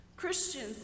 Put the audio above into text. Christians